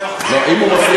היו מחזירים אותך.